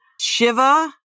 Shiva